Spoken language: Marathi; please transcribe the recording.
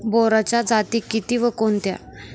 बोराच्या जाती किती व कोणत्या?